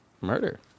murder